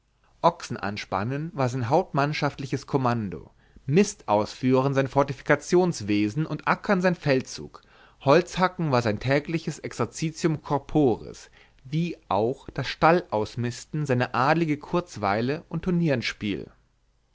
ochsen anspannen war sein hauptmannschaftliches kommando mist ausführen sein fortifikationwesen und ackern sein feldzug holzhacken war sein tägliches exercitium corporis wie auch das stallausmisten seine adlige kurzweile und